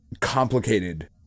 complicated